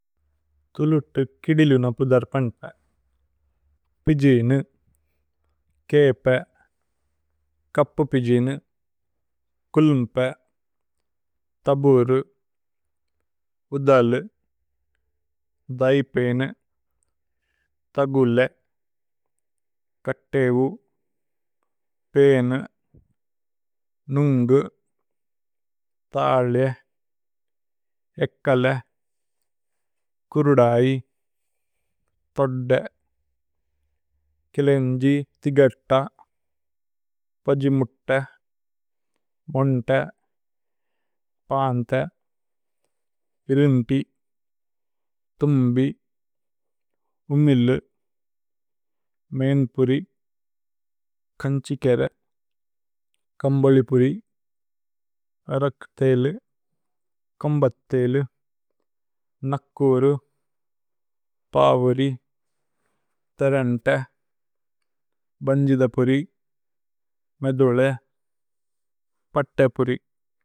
ഥുലുതു കിദിലു ന പുദര്പന്പേ പിജിനു, കേപേ। കപ്പു പിജിനു, കുല്മ്പേ, തബുരു, ഉദലു, ദൈപേനേ। തഗുലേ, കത്തേവു, പേനേ, നുന്ഗു, താലേ, ഏക്കലേ। കുരുദൈ, ഥോദ്ദേ, കിലേന്ജി, തിഗേത്ത, പജിമുത്ത। മോന്ത, പാന്ഥേ, ഇരിന്തി, ഥുമ്ബി, ഉമിലു,। മേന്പുരി, കന്ഛികേരേ, കമ്ബോലിപുരി, അരക്കുതേഇലു। കോമ്ബത്തേഇലു, നക്കുരു, പാവുരി, തരന്തേ। ബന്ജിഥപുരി, മേദുലേ, പത്തേപുരി।